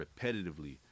repetitively